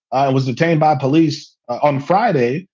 i was detained by police on friday.